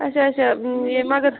اچھا اچھا یہِ مگر